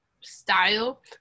style